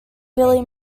billy